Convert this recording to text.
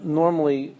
normally